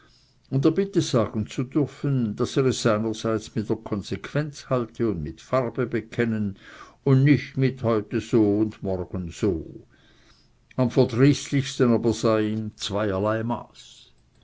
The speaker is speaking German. und er bitte sagen zu dürfen daß er es seinerseits mit der konsequenz halte und mit farbe bekennen und nicht mit heute so und morgen so am verdrießlichsten aber sei ihm zweierlei maß